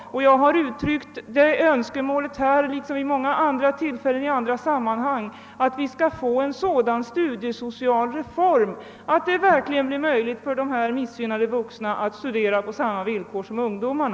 Jag har uttryckt det önskemålet här liksom vid många andra tillfällen och jag vill gärna upprepa det att vi skall få en sådan studiesocial reform att det verkligen blir möjligt för dessa missgynnade vuxna att studera på samma villkor som ungdomarna.